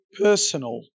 personal